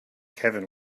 kevin